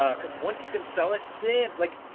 ah because once you can sell it, then, like,